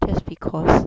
just because